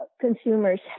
consumers